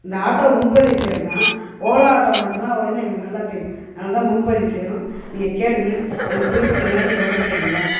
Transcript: இந்த ஆட்டோவை முன்பதிவு செய்கிறேன்னா ஓலோ ஆட்டோ மட்டும் தான் வருன்னு எங்களுக்கு நல்லா தெரியும் அதனால தான் முன்பதிவு செய்கிறோம் நீங்கள் கேட்டுக்குன்னு எனக்கு குறிப்பிட்ட நேரத்துக்கு வந்து சேருவீங்களா